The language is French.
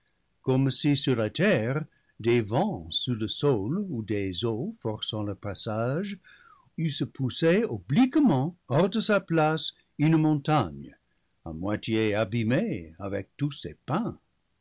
comme si sur la terre des vents sous le sol ou des eaux forçant leur passage eussent poussé obliquement hors de sa place une montagne à moitié abîmée avec tous ses pins